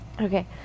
Okay